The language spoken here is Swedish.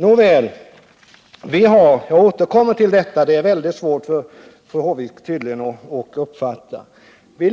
Jag återkommer till vårt förslag, som det tydligen är väldigt svårt för fru Håvik att uppfatta och som